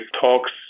talks